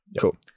Cool